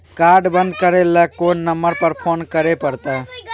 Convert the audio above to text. Card बन्द करे ल कोन नंबर पर फोन करे परतै?